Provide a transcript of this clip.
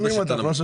חס